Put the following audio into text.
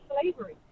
slavery